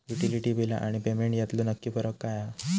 Utility बिला आणि payment यातलो नक्की फरक काय हा?